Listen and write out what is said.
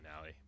alley